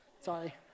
Sorry